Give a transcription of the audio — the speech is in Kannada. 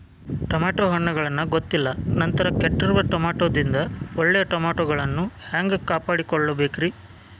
ಟಮಾಟೋ ಹಣ್ಣುಗಳನ್ನ ಗೊತ್ತಿಲ್ಲ ನಂತರ ಕೆಟ್ಟಿರುವ ಟಮಾಟೊದಿಂದ ಒಳ್ಳೆಯ ಟಮಾಟೊಗಳನ್ನು ಹ್ಯಾಂಗ ಕಾಪಾಡಿಕೊಳ್ಳಬೇಕರೇ?